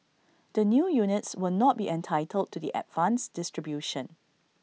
the new units will not be entitled to the advanced distribution